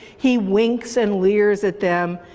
he winks and leers at them.